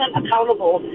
accountable